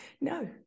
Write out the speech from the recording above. No